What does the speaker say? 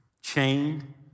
chained